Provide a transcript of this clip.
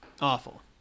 Awful